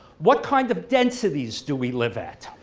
what kind of densities do we live at?